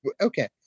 Okay